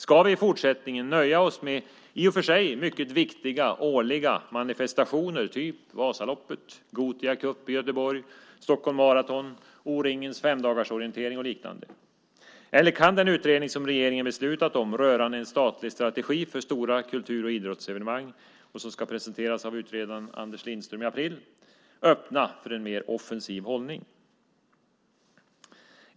Ska vi i fortsättningen nöja oss med i och för sig mycket viktiga årliga manifestationer såsom Vasaloppet, Gothia Cup i Göteborg, Stockholm Marathon, O-Ringens femdagarsorientering och liknande, eller kan den utredning som regeringen beslutat om rörande en statlig strategi för stora kultur och idrottsevenemang och som ska presenteras av utredaren Anders Lindström i april öppna för en mer offensiv hållning?